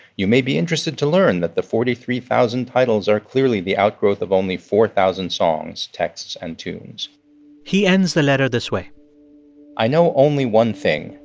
you may be interested to learn that the forty three thousand titles are clearly the outgrowth of only four thousand songs, texts and tunes he ends the letter this way i know only one thing.